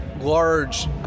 large